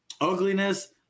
ugliness